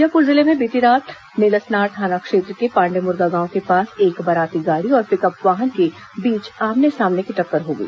बीजापुर जिले में बीती रात नेलसनार थाना क्षेत्र के पांडे मुर्गा गांव के पास एक बाराती गाड़ी और पिकअप वाहन के बीच आमने सामने की टक्कर हो गई